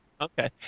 Okay